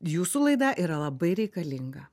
jūsų laida yra labai reikalinga